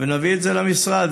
ונביא את זה למשרד,